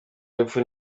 y’epfo